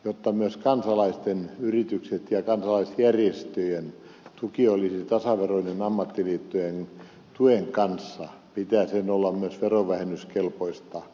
jotta myös kansalaisten yritysten ja kansalaisjärjestöjen tuki olisi tasaveroinen ammattiliittojen tuen kanssa pitää sen olla myös verovähennyskelpoista